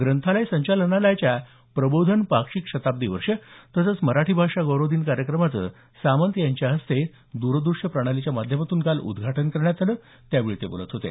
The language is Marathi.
ग्रंथालय संचालनालयाच्या प्रबोधन पाक्षिक शताब्दी वर्ष तसंच मराठी भाषा गौरव दिन कार्यक्रमाच सामंत यांच्या हस्ते द्रदूश्य प्रणालीच्या माध्यमातून करण्यात आलं त्यावेळी ते बोलत होते